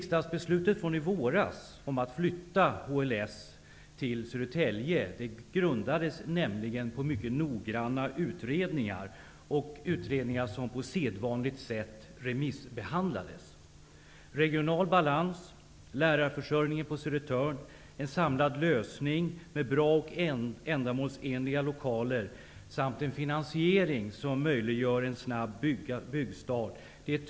Södertälje grundades nämligen på mycket noggranna utredningar. Utredningar som på sedvanligt sätt remissbehandlades. Tungt vägande skäl för Södertäljealternativet är regional balans, lärarförsörjning på Södertörn, en samlad lösning med bra och ändamålsenliga lokaler samt en finansiering som möjliggör en snabb byggstart.